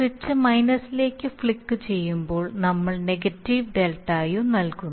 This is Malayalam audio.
സ്വിച്ച് മൈനസിലേക്ക് ഫ്ലിക്കുചെയ്യുകയാണെങ്കിൽ നമ്മൾ നെഗറ്റീവ് ΔU നൽകുന്നു